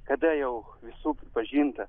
kada jau visų pripažinta